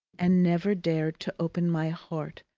and never dared to open my heart,